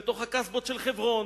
לתוך הקסבות של חברון,